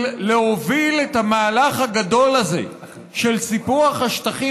של להוביל את המהלך הגדול הזה של סיפוח השטחים